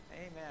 Amen